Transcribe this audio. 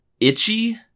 itchy